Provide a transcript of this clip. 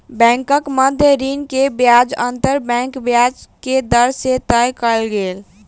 बैंकक मध्य ऋण के ब्याज अंतर बैंक ब्याज के दर से तय कयल गेल